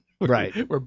Right